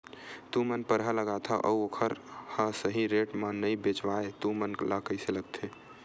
तू मन परहा लगाथव अउ ओखर हा सही रेट मा नई बेचवाए तू मन ला कइसे लगथे?